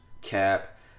Cap